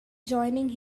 joining